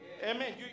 Amen